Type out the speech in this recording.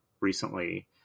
recently